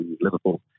Liverpool